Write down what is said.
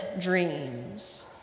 dreams